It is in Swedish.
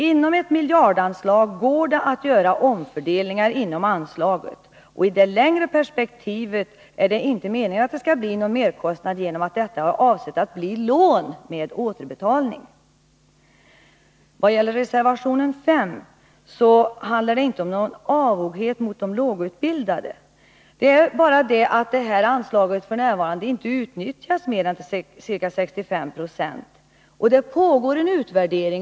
Inom ett miljardanslag går det att göra omfördelningar, och i det längre perspektivet är det inte meningen att det skall bli någon merkostnad, eftersom det här är fråga om återbetalningspliktiga lån. När det gäller reservation 5 vill jag säga att det inte handlar om någon avoghet gentemot de lågutbildade. Det vi pekar på är att anslaget f. n. inte utnyttjas mer än till ca 65 26. Dessutom pågår det en utvärdering.